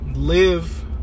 live